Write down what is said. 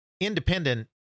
independent